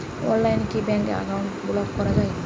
অনলাইনে কি bank account block করা য়ায়?